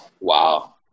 Wow